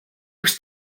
kus